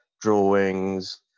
drawings